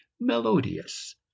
melodious